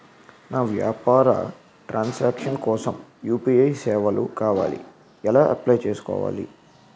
నా వ్యాపార transaction కోసం యు.పి.ఐ సేవలు కావాలి ఎలా అప్లయ్ చేసుకోవాలి?